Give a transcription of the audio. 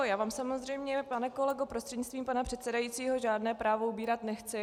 Já vám samozřejmě, pane kolego prostřednictvím pana předsedajícího, žádné právo ubírat nechci.